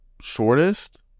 Shortest